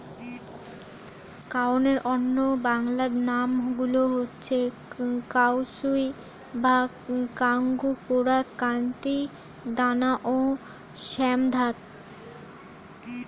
কাউনের অন্য বাংলা নামগুলো হচ্ছে কাঙ্গুই বা কাঙ্গু, কোরা, কান্তি, দানা ও শ্যামধাত